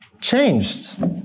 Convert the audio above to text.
changed